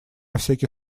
всякий